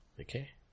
Okay